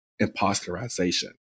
imposterization